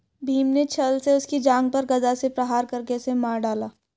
भीम ने छ्ल से उसकी जांघ पर गदा से प्रहार करके उसे मार डाला